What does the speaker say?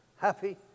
Happy